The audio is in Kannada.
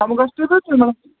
ನಮ್ಗೆ ಅಷ್ಟು ಇದು ಐತೆ ರೀ ಮೇಡಮ್